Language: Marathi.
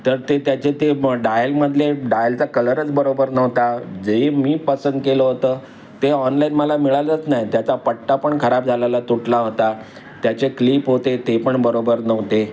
तर ते त्याचे ते डायलमधले डायलचा कलरच बरोबर नव्हता जे मी पसंत केलं होतं ते ऑनलाईन मला मिळालंच नाही त्याचा पट्टा पण खराब झालाला तुटला होता त्याचे क्लीप होते ते पण बरोबर नव्हते